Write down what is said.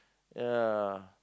ya